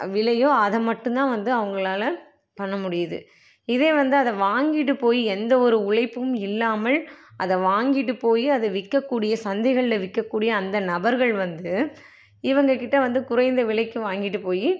விலையோ அதை மட்டும்தான் வந்து அவங்களால் பண்ணமுடியுது இதே வந்து அதை வாங்கிட்டு போய் எந்த ஒரு உழைப்பும் இல்லாமல் அதை வாங்கிட்டு போய் அதை விற்கக்கூடிய சந்தைகளில் விற்கக்கூடிய அந்த நபர்கள் வந்து இவங்கள்கிட்ட வந்து குறைந்த விலைக்கு வாங்கிட்டு போய்